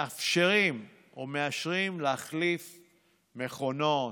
מאפשרים או מאשרים להחליף מכונות,